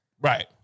Right